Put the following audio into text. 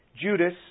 Judas